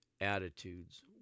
attitudes